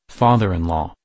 father-in-law